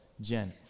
Jen